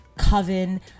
coven